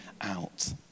out